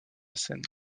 seine